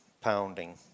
pounding